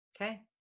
Okay